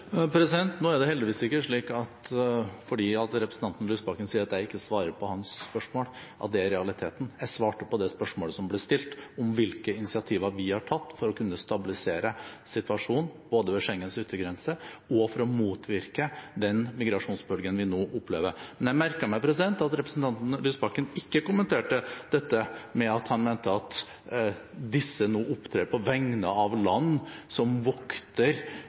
er heldigvis ikke slik at fordi om representanten Lysbakken sier at jeg ikke svarer på hans spørsmål, er det realiteten. Jeg svarte på det spørsmålet som ble stilt om hvilke initiativer vi har tatt for å kunne stabilisere situasjonen både ved Schengens yttergrense og for å motvirke den migrasjonsbølgen vi nå opplever. Men jeg merket meg at representanten Lysbakken ikke kommenterte dette med at han mente at disse vokter grensen på vegne av land som